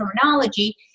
terminology